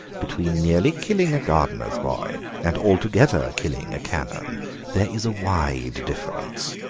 between nearly killing a gardener's boy and altogether killing a canon there is a wide difference.